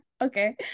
Okay